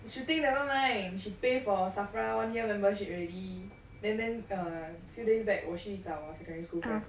shooting never mind she pay for SAFRA one year membership already and then then few days back 我去找我 secondary school friends lah